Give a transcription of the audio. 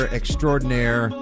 extraordinaire